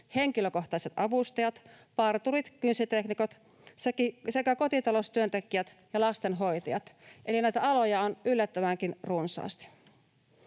henkilökohtaiset avustajat, parturit, kynsiteknikot sekä kotitaloustyöntekijät ja lastenhoitajat. Eli näitä aloja on yllättävänkin runsaasti.